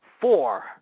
four